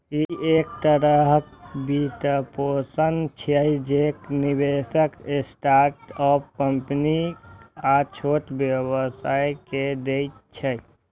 ई एक तरहक वित्तपोषण छियै, जे निवेशक स्टार्टअप कंपनी आ छोट व्यवसायी कें दै छै